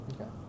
okay